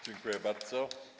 Dziękuję bardzo.